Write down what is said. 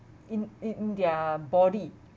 in in their body